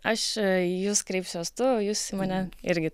aš į jus kreipsiuos tu jūs į mane irgi